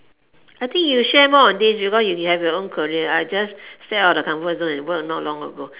I think you share more on this because you have your own career I just step out of the comfort zone and work not long ago